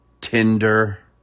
Tinder